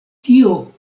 kio